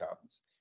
comes